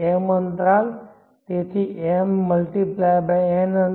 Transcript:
અંતરાલ તેથી m × n અંતરાલ